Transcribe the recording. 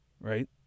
right